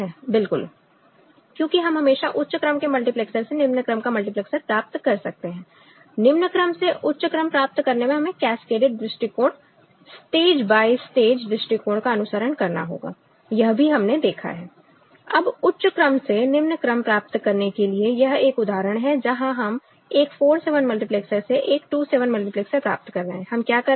बिल्कुल क्योंकि हम हमेशा उच्च क्रम के मल्टीप्लैक्सर से निम्न क्रम का मल्टीप्लेक्सर प्राप्त कर सकते हैं निम्न क्रम से उच्च क्रम प्राप्त करने में हमें कैस्केडेड दृष्टिकोण स्टेज बाय स्टेज दृष्टिकोण का अनुसरण करना होगा यह भी हमने देखा है अब उच्च क्रम से निम्न क्रम प्राप्त करने के लिए यह एक उदाहरण है जहां हम एक 4 से 1 मल्टीप्लैक्सर से एक 2 से 1 मल्टीप्लेक्सर प्राप्त कर रहे हैं हम क्या कर रहे हैं